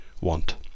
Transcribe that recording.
want